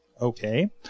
Okay